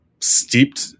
steeped